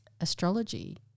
astrology